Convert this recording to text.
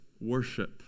worship